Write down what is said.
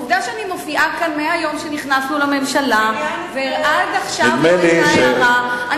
עובדה שאני מופיעה כאן מהיום שנכנסנו לממשלה ועד עכשיו לא היתה הערה.